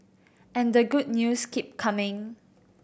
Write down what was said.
and the good news keep coming